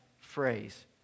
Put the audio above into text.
phrase